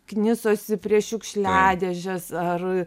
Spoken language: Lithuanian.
knisosi prie šiukšliadėžės ar